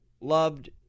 loved